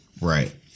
Right